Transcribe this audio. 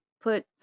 put